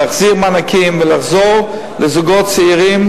להחזיר מענקים ולעזור לזוגות צעירים,